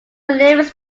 lyrics